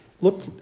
Look